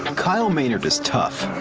and kyle maynard is tough,